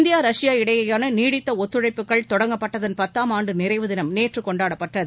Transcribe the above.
India Russia இடையேயான நீடித்த ஒத்துழைப்புகள் தொடங்கப்பட்டதன் பத்தாம் ஆண்டு நிறைவு தினம் நேற்று கொண்டாடப்பட்டது